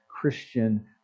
Christian